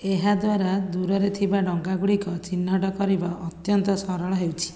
ଏହାଦ୍ୱାରା ଦୂରରେ ଥିବା ଡ଼ଙ୍ଗାଗୁଡ଼ିକ ଚିହ୍ନଟ କରିବା ଅତ୍ୟନ୍ତ ସରଳ ହେଉଛି